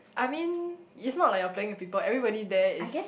I mean it's not like you're playing with people everybody there is